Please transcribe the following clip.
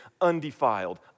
undefiled